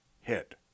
hit